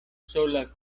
sola